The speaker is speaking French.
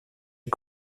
est